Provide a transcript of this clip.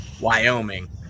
Wyoming